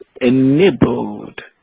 enabled